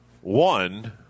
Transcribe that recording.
One